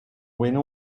winner